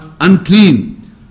unclean